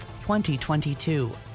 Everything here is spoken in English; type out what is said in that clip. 2022